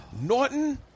Norton